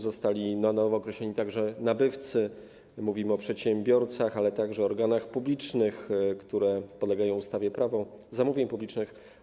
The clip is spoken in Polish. Zostali na nowo określeni także nabywcy, mówimy o przedsiębiorcach, ale także o organach publicznych, które podlegają ustawie Prawo zamówień publicznych.